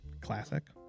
Classic